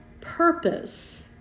purpose